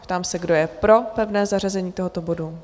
Ptám se, kdo je pro pevné zařazení tohoto bodu?